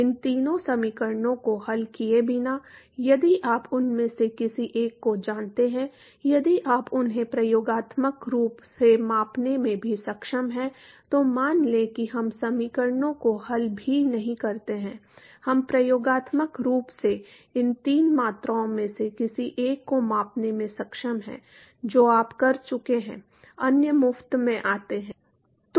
इन तीनों समीकरणों को हल किए बिना यदि आप उनमें से किसी एक को जानते हैं यदि आप उन्हें प्रयोगात्मक रूप से मापने में भी सक्षम हैं तो मान लें कि हम समीकरणों को हल भी नहीं करते हैं हम प्रयोगात्मक रूप से इन तीन मात्राओं में से किसी एक को मापने में सक्षम हैं जो आप कर चुके हैं अन्य मुफ्त में आते हैं